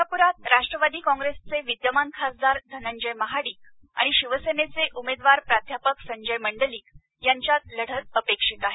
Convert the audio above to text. कोल्हापुरात राष्ट्रवादी कॉग्रेसचे विद्यमान खासदार धनंजय महाडिक आणि शिवसेनेचे उमेदवार प्राध्यापक संजय मंडलिक यांच्यात लढत अपेक्षित आहे